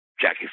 Jackie